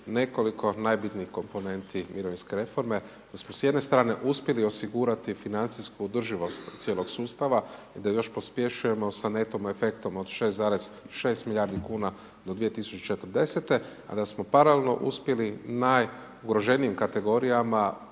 nekoliko najbitnijih komponenti mirovinske reforme da smo s jedne strane uspjeli osigurati financijsku održivost cijelog sustava i da ju još pospješujemo sa neto efektom od 6,6 milijardi kuna do 2040., a da smo paralelno uspjeli najugroženijim kategorijama